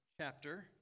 chapter